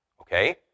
Okay